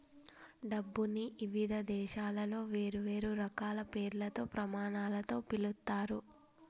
డబ్బుని ఇవిధ దేశాలలో వేర్వేరు రకాల పేర్లతో, ప్రమాణాలతో పిలుత్తారు